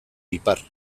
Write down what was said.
ipar